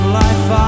life